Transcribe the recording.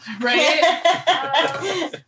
Right